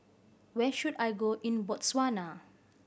where should I go in Botswana